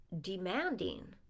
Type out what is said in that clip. demanding